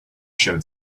showed